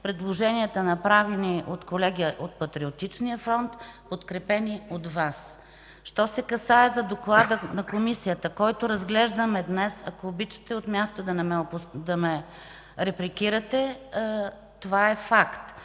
предложенията, направени от колеги от Патриотичния фронт, подкрепени от Вас. Що се касае до доклада на Комисията, който разглеждаме днес (реплики от БСП ЛБ), ако обичате от място да не ме репликирате, това е факт.